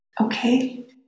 Okay